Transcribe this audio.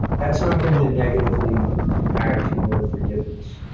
that's not going to negatively impact your forgiveness.